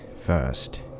first